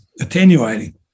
attenuating